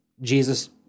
Jesus